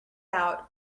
out